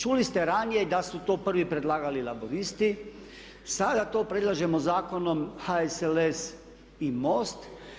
Čuli ste ranije da su to prvi predlagali laburisti, sada to predlažemo zakonom HSLS i MOST.